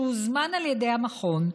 שהוזמן על ידי המכון,